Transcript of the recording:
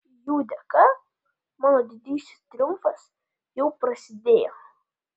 jų dėka mano didysis triumfas jau prasidėjo